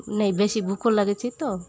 ନାଇଁ ବେଶୀ ଭୋକ ଲାଗିଛି ତ